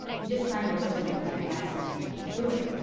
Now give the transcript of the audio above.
you just signed over someone having access to what you're doing.